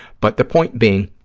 but the point being,